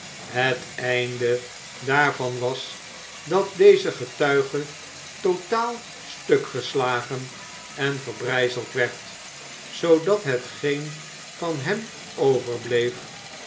het einde daarvan was dat deze getuige totaal stuk geslagen en verbrijzeld werd zoodat hetgeen van hem overbleef